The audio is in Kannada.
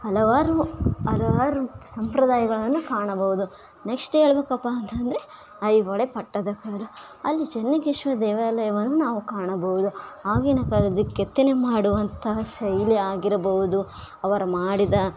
ಹಲವಾರು ಹಲವಾರು ಸಂಪ್ರದಾಯಗಳನ್ನು ಕಾಣಬಹುದು ನೆಕ್ಷ್ಟ್ ಹೇಳಬೇಕಪ್ಪ ಅಂತಂದರೆ ಐಹೊಳೆ ಪಟ್ಟದಕಲ್ಲು ಅಲ್ಲಿ ಚೆನ್ನಕೇಶ್ವರ ದೇವಾಲಯವನ್ನು ನಾವು ಕಾಣಬಹುದು ಆಗಿನ ಕಾಲದ ಕೆತ್ತನೆ ಮಾಡುವಂತಹ ಶೈಲಿಯಾಗಿರಬಹುದು ಅವರು ಮಾಡಿದ